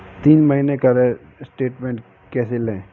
तीन महीने का स्टेटमेंट कैसे लें?